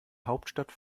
hauptstadt